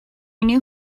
knew